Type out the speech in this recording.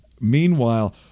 Meanwhile